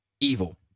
evil